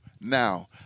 Now